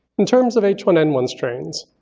in terms of h one n one strains,